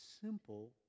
simple